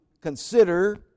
consider